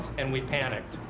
and we panicked.